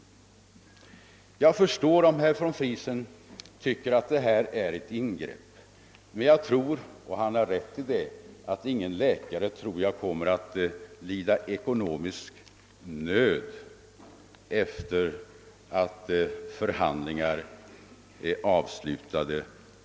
Jag förstår att herr von Friesen tycker att detta är ett ingrepp, men han ger mig säkert rätt när jag säger att ingen läkare kommer att lida ekonomisk nöd sedan förhandlingarna är avslutade.